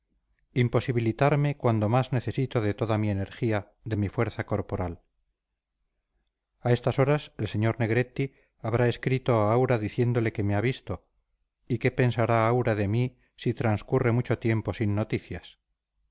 imposibilitarme cuando más necesito de toda mi energía de mi fuerza corporal a estas horas el sr negretti habrá escrito a aura diciéndole que me ha visto y qué pensará aura de mí si transcurre mucho tiempo sin noticias